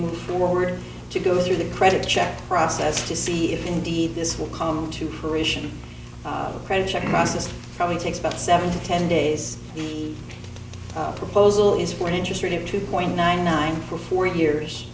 move forward to go through the credit check process to see if indeed this will come to fruition a credit check process probably takes about seven to ten days a proposal is for an interest rate of two point nine nine for four years